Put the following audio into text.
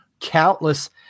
countless